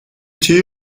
theil